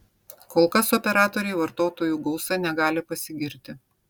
kol kas operatoriai vartotojų gausa negali pasigirti